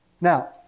Now